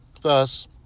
Thus